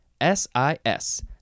S-I-S